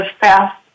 fast